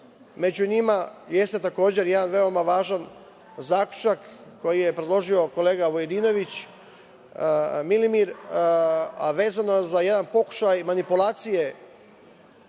njima je jedan veoma važan zaključak koji je predložio kolega Vujadinović Milimir, a vezan je za jedan pokušaj manipulacije